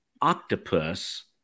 octopus